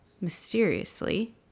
mysteriously